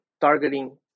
targeting